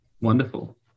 Wonderful